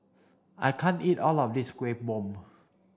I can't eat all of this Kuih Bom